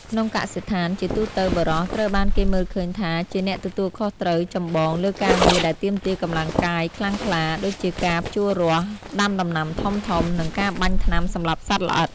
ក្នុងកសិដ្ឋាន ជាទូទៅ បុរសត្រូវបានគេមើលឃើញថាជាអ្នកទទួលខុសត្រូវចម្បងលើការងារដែលទាមទារកម្លាំងកាយខ្លាំងក្លា ដូចជាការភ្ជួររាស់ ដាំដំណាំធំៗ និងការបាញ់ថ្នាំសម្លាប់សត្វល្អិត។